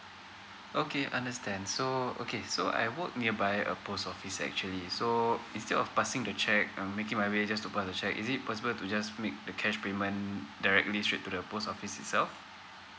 okay understand so okay so I work nearby a post office actually so instead of passing the cheque um making my way just to pass the cheque is it possible to just make the cash payment directly straight to the post office itself